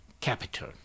capital